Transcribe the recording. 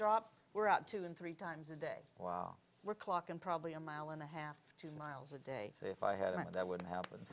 drop we're out two and three times a day while we're clock and probably a mile and a half two miles a day so if i hadn't that wouldn't happen